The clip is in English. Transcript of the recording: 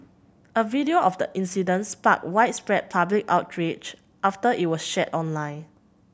a video of the incident sparked widespread public outrage after it was shared online